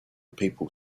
people